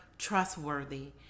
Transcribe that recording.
trustworthy